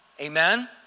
Amen